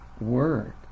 word